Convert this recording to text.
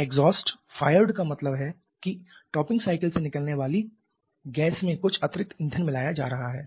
exhaust fired का मतलब है कि टॉपिंग साइकल से निकलने वाली गैस में कुछ अतिरिक्त ईंधन मिलाया जाता है